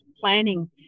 planning